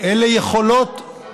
אני